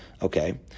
Okay